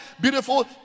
beautiful